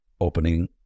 opening